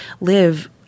live